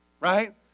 right